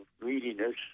greediness